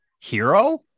hero